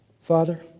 Father